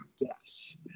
Yes